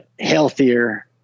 healthier